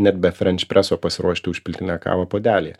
net be frenč preso pasiruošti užpiltinę kavą puodelyje